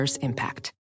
impact